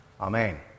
Amen